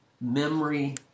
Memory